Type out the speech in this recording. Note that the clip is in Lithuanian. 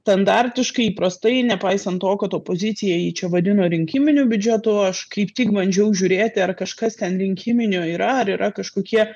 standartiškai įprastai nepaisant to kad opozicija jį čia vadino rinkiminiu biudžetu aš kaip tik bandžiau žiūrėti ar kažkas ten rinkiminio yra ar yra kažkokie